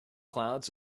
clouds